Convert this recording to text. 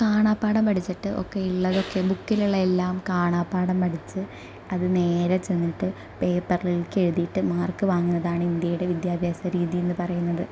കാണാപ്പാഠം പഠിച്ചിട്ട് ഒക്കെ ഉള്ളതൊക്കെ ബുക്കിൽ ഉള്ളത് എല്ലാം കാണാപ്പാഠം പഠിച്ച് അത് നേരെ ചെന്നിട്ട് പേപ്പറിലേക്ക് എഴുതിയിട്ട് മാർക്ക് വാങ്ങുന്നതാണ് ഇന്ത്യയുടെ വിദ്യാഭ്യാസ രീതി എന്ന് പറയുന്നത്